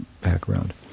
background